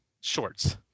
shorts